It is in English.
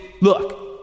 Look